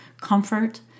comfort